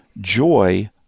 Joy